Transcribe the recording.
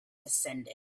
descended